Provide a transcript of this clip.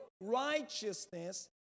righteousness